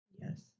Yes